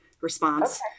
response